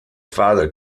father